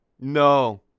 No